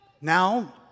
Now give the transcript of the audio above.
Now